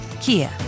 Kia